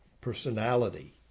Personality